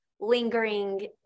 lingering